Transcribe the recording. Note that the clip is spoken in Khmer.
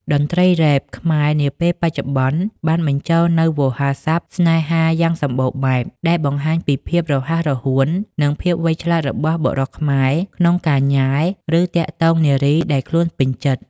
តន្ត្រីរ៉េប ខ្មែរនាពេលបច្ចុប្បន្ន បានបញ្ចូលនូវវោហារស័ព្ទស្នេហាយ៉ាងសម្បូរបែប ដែលបង្ហាញពីភាពរហ័សរហួន និងភាពវៃឆ្លាតរបស់បុរសខ្មែរក្នុងការញ៉ែ ឬទាក់ទងនារីដែលខ្លួនពេញចិត្ត។